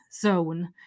zone